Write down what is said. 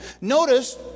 Notice